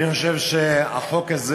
אני חושב שהחוק הזה